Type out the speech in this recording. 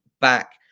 back